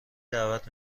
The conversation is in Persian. دعوت